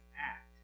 act